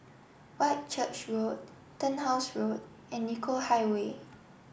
Whitchurch Road Turnhouse Road and Nicoll Highway